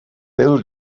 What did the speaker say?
bill